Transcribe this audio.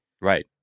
right